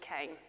came